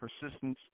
Persistence